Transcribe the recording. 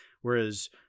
whereas